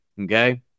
okay